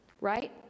right